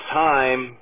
time